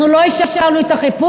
אנחנו לא אישרנו את החיפוש,